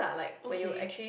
okay